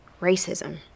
racism